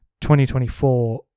2024